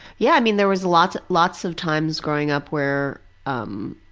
yeah, i mean there was lots, lots of times growing up where um